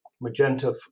magenta